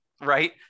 Right